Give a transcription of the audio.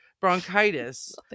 bronchitis